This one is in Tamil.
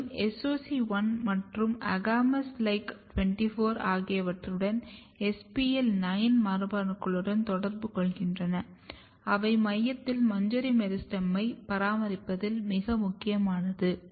மேலும் SOC1 மற்றும் AGAMOUS LIKE 24 ஆகியவற்றுடன் SPL9 மரபணுக்களுடன் தொடர்பு கொள்கின்றன அவை மையத்தில் மஞ்சரி மெரிஸ்டெமை பராமரிப்பதில் மிக முக்கியமானவை